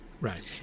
Right